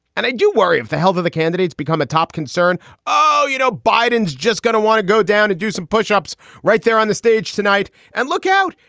and i do worry if the health of the candidates become a top concern oh, you know, biden's just gonna want to go down and do some pushups right there on the stage tonight and look out.